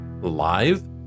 live